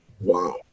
Wow